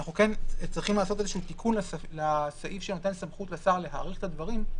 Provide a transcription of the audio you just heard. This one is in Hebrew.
שאנחנו כן צריכים לעשות תיקון לסעיף שנותן סמכות לשר להאריך את הדברים,